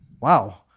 Wow